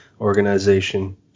organization